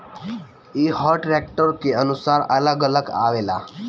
ई हर ट्रैक्टर के अनुसार अलग अलग आवेला